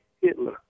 Hitler